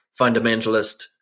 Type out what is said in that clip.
fundamentalist